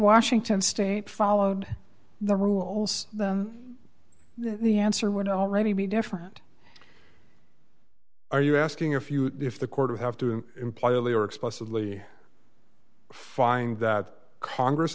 washington state followed the rules then the answer would already be different are you asking if you if the court of have to imply earlier explicitly find that congress